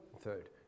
third